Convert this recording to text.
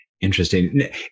Interesting